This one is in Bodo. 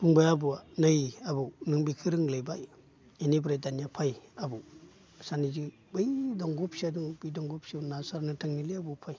बुंबाय आबौआ नै आबौ नों बेखो रोंलायबाय इनिफ्राय दानिया फाय आबौ सानैजों बै दंग' फिसा दङ बि दंग' फिसायाव ना सारनो थांनिलै आबौ फाय